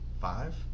five